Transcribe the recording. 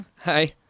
Hi